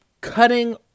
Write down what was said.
cutting